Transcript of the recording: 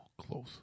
close